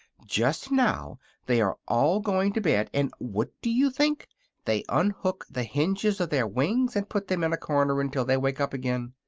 just now they are all going to bed, and what do you think they unhook the hinges of their wings and put them in a corner until they wake up again.